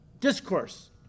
discourse